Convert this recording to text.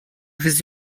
vous